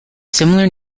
similar